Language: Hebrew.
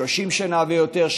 30 שנה ויותר,